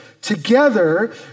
Together